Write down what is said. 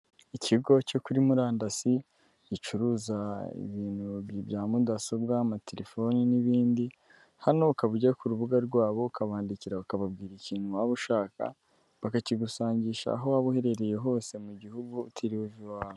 Ikigo cyo kuri murandasi, gicuruza ibintu bya mudasobwa, amatelefoni n'ibindi, hano ukaba ujya ku rubuga rwabo ukabandikira ukababwira ikintu waba ushaka, bakakigusangisha aho waba uherereye hose mu gihugu utiriwe uva iwawe.